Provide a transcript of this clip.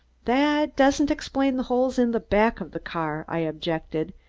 that doesn't explain the holes in the back of the car, i objected,